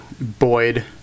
Boyd